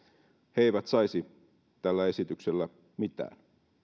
he eivät saisi tällä esityksellä mitään